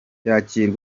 perezida